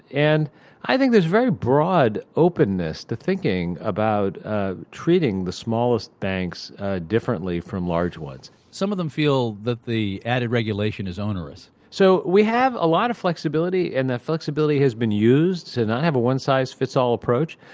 and i think there's very broad openness to thinking about ah treating the smallest banks differently from large ones some of them feel that the added regulation is onerous so we have a lot of flexibility, and that flexibility has been used to not have a one size fits all approach.